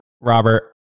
Robert